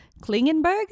Klingenberg